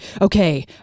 okay